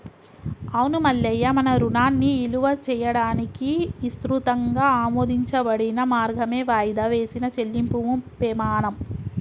అవును మల్లయ్య మన రుణాన్ని ఇలువ చేయడానికి ఇసృతంగా ఆమోదించబడిన మార్గమే వాయిదా వేసిన చెల్లింపుము పెమాణం